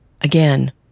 Again